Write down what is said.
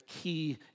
key